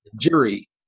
jury